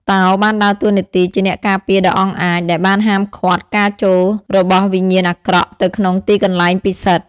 តោបានដើរតួនាទីជាអ្នកការពារដ៏អង់អាចដែលបានហាមឃាត់ការចូលរបស់វិញ្ញាណអាក្រក់ទៅក្នុងទីកន្លែងពិសិដ្ឋ។